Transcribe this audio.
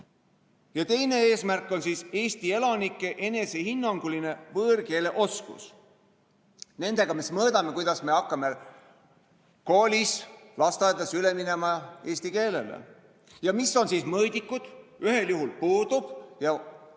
Ja teine eesmärk on Eesti elanike parem enesehinnanguline võõrkeele oskus. Nendega me siis mõõdame, kuidas me hakkame koolis, lasteaedades üle minema eesti keelele. Mis ikkagi on mõõdikud? Ühel juhul puudub ja